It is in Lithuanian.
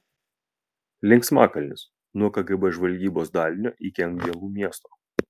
linksmakalnis nuo kgb žvalgybos dalinio iki angelų miesto